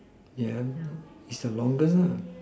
yeah lah is the longest lah